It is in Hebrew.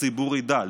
שהציבור ידע,